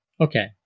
Okay